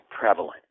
prevalent